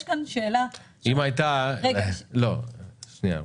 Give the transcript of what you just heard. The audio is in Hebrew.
יש כאן שאלה --- שנייה רותי,